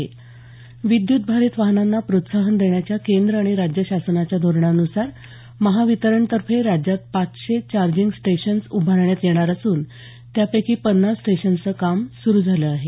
तर विद्यत भारीत वाहनांना प्रोत्साहन देण्याच्या केंद्र आणि राज्यशासनाच्या धोरणानुसार महावितरणतर्फे राज्यात पाचशे चार्जिंग स्टेशन्स उभारण्यात येणार असून त्यापैकी पन्नास स्टेशन्सचं काम सुरू झालं आहे